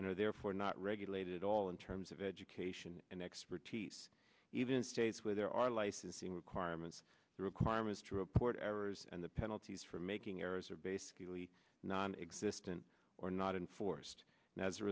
are therefore not regulated at all in terms of education and expertise even states where there are licensing requirements requirements to report errors and the penalties for making errors are basically nonexistent or not enforced as a